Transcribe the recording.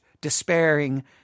despairing